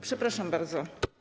Przepraszam bardzo.